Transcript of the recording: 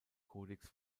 codex